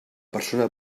persona